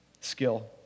skill